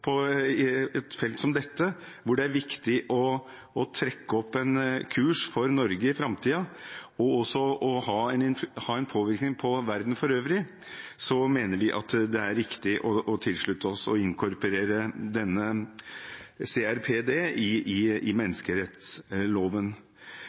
konvensjoner. På et felt som dette, der det er viktig å trekke opp en kurs for Norge for framtiden og også ha en påvirkning på verden for øvrig, mener vi det er riktig å tilslutte oss å inkorporere CRPD i menneskerettsloven. Det dukker stadig opp nye problemstillinger som vi lettere vil kunne være i